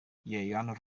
ieuan